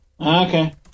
Okay